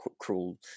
cruel